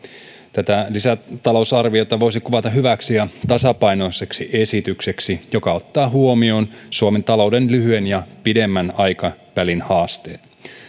tätä lisätalousarviota voisi kuvata hyväksi ja tasapainoiseksi esitykseksi joka ottaa huomioon suomen talouden lyhyen ja pidemmän aikavälin haasteet